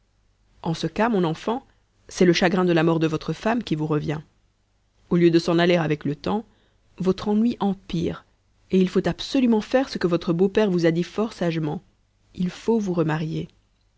en ce cas mon enfant c'est le chagrin de la mort de votre femme qui vous revient au lieu de s'en aller avec le temps votre ennui empire et il faut absolument faire ce que votre beau-père vous a dit fort sagement il faut vous remarier